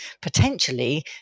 potentially